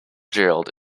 gerald